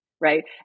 right